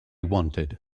wanted